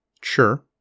Sure